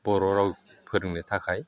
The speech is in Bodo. बर' राव फोरोंनो थाखाय